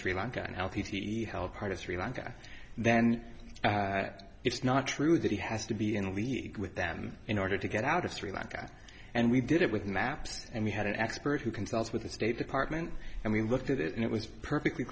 artistry lanka then it's not true that he has to be in league with them in order to get out of sri lanka and we did it with maps and we had an expert who consults with the state department and we looked at it and it was perfectly